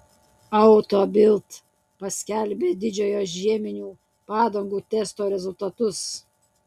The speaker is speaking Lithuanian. auto bild paskelbė didžiojo žieminių padangų testo rezultatus